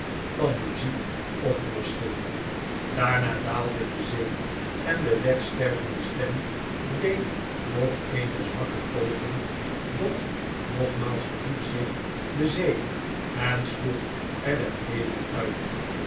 van edwin drood muziek oplosten daarna daalde de zee en de wegstervende stem deed nog eene zwakke poging doch nogmaals verhief zich de zee en sloeg er het leven uit